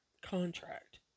contract